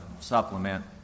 supplement